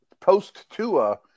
post-tua